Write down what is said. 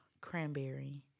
cranberry